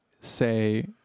say